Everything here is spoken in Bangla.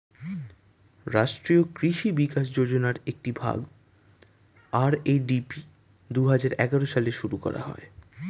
রাষ্ট্রীয় কৃষি বিকাশ যোজনার একটি ভাগ, আর.এ.ডি.পি দুহাজার এগারো সালে শুরু করা হয়